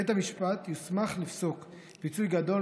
בית המשפט יוסמך לפסוק פיצוי גדול